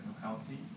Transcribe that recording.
healthy